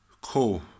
Cool